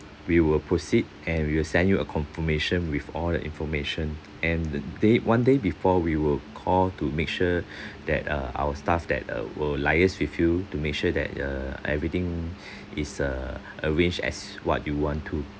we will proceed and we will send you a confirmation with all the information and the day one day before we will call to make sure that uh our staff that uh will liase with you to make sure that err everything is err arranged as what you want to